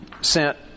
sent